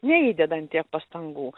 neįdedant tiek pastangų